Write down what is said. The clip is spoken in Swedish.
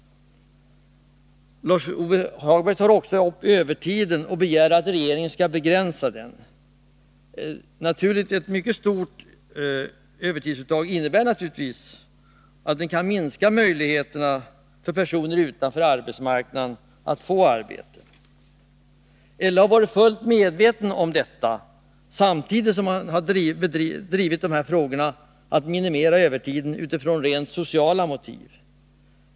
Lars-Ove Hagberg tar också upp övertiden och begär att regeringen skall begränsa den. Ett mycket stort övertidsuttag innebär naturligtvis att det kan minska möjligheterna för personer utanför arbetsmarknaden att få arbete. Landsorganisationen har varit fullt medveten om detta, samtidigt som man drivit frågan om att minimera övertiden utifrån rent sociala motiv.